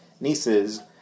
nieces